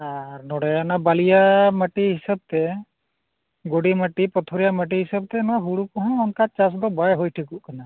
ᱟᱨ ᱱᱚᱰᱮ ᱚᱱᱟ ᱵᱟᱹᱞᱤᱭᱟ ᱢᱟᱹᱴᱤ ᱦᱤᱥᱟᱹᱵᱛᱮ ᱜᱩᱰᱤ ᱢᱟᱹᱴᱤ ᱯᱟᱛᱷᱚᱨᱤᱭᱟᱹ ᱢᱟᱹᱴᱤ ᱦᱤᱥᱟᱹᱵᱛᱮ ᱦᱚᱸ ᱱᱚᱣᱟ ᱦᱳᱲᱳ ᱠᱚᱦᱚᱸ ᱚᱱᱠᱟ ᱪᱟᱥ ᱫᱚ ᱵᱟᱭ ᱦᱩᱭ ᱴᱷᱤᱠᱚᱜ ᱠᱟᱱᱟ